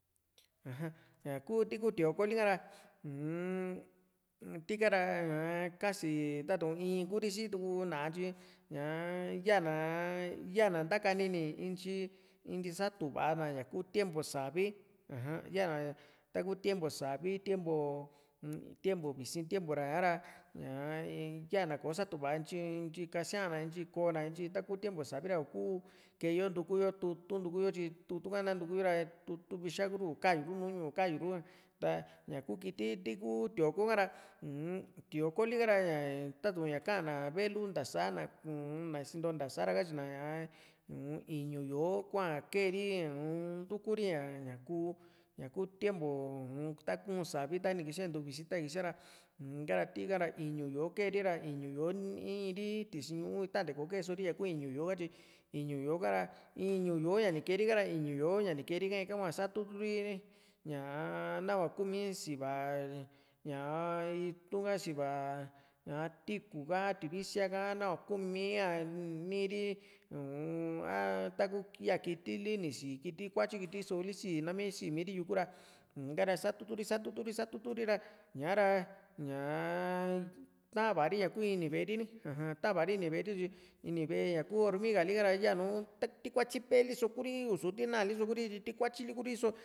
aja ñaku ti ku tío´ko lika ra uu-m tika ra kaasi tatu´n in Kuri situu ná´a tyi ñaa yanaa yana ntakanini intyi ntyi satuva na ña ku tiempu savi aja yana taku tiempu savi tiempo visi´n tiempo ra ha´ra ñaa in yana kò´o satuva tyi ntyi kasia´na ntyi kò´o na ntyi taku tiempu savi ra ni kuu keeyo ntuku yo tutu´n ntuku yo tyi tutu´n ka na ntukuyo ra tutu´n vixa kuru ko kayuru nu ñu´u u kayuru ta ñaku kiti ti kuu tío´ko ha´ra uu-n tío´ko lika ra ña tatu´n ña ka´an na velu ntasa na u-n na ni sinto ntasara katyina na ñaa uu-n iñu yó´o kua keeri uu-n ntukuri ña ñaku ñaku tiempu uun takuu´n savi ta nikisia ntuu visi tani kisia ra un ikara tika ra iñu yó´o kee ri ra iñu yó´o iin ri tisi´n ñuu itante kò´o kee so ri ñaku iñu yó´o ka tyi iñu yó´o kara iñu yó´o ña ni keeri ha´ra iñu yó´o ña kerika ika hua satutu ri ñaa nahua kuumi si´va ñaa itu ka si´va ña tiikú ka tuvisia ka nahua kuumiaa niiri uu-n a taku ya kiti li ni síi kiti kuatyi kiti só li síi nami síi miri yuku ra ikara satuturi satuturi satuturi ra ña´ra ñaa taava ri ña ku ini ve´e ri ni aja tava ri ini ve´e ri tyi ini ve´e ñaku hormiga lika ra yaanu tikuatyim peeli so Kuri i´su tii naaliso Kuri tyi ti kuatyili Kuri so